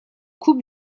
coupe